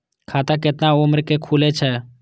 खाता केतना उम्र के खुले छै?